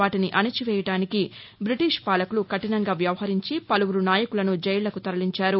వాటిని అణచివేయడానికి బ్రిటిష్ పాలకులు కఠినంగా వ్యవహరించి పలువురు నాయకులను జైళ్ళకు తరలించారు